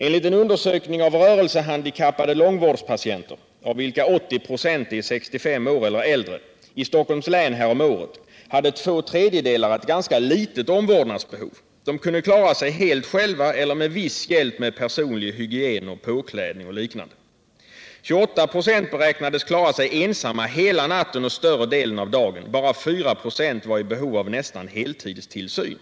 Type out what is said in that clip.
Enligt en undersökning av rörelsehandikappade långvårdspatienter, av vilka 80 96 var 65 år eller äldre, i Stockholms län häromåret hade två tredjedelar ett ganska litet omvårdnadsbehov. De kunde klara sig helt själva eller med viss hjälp med personlig hygien, påklädning och liknande. 28 96 beräknades klara sig ensamma hela natten och större delen av dagen. Bara 4 96 var i behov av nästan heltidstillsyn.